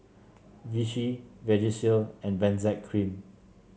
Vichy Vagisil and Benzac Cream